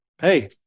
Hey